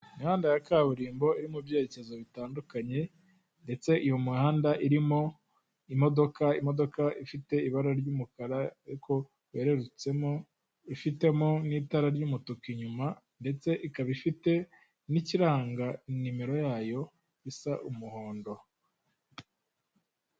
Imihanda ya kaburimbo iri mu byerekezo bitandukanye ndetse iyo mihanda irimo imodoka, imodoka ifite ibara ry'umukara ariko werurutsemo, ifitemo n'itara ry'umutuku inyuma ndetse ikaba ifite n'ikiranga nimero yayo gisa umuhondo.